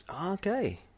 okay